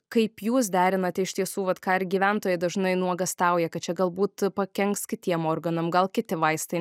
kaip jūs derinate iš tiesų vat ką ir gyventojai dažnai nuogąstauja kad čia galbūt pakenks kitiem organam gal kiti vaistai